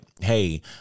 Hey